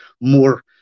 more